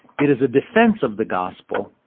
it is a defense of the gospel.